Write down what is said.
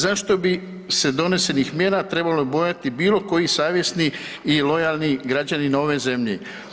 Zašto bi se donesenih mjera trebao bojati bilo koji savjesni i lojalni građanin ove zemlje?